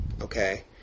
Okay